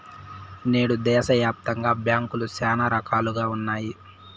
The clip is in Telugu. నేడు దేశాయాప్తంగా బ్యాంకులు శానా రకాలుగా ఉన్నాయి